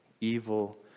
evil